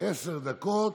עשר דקות,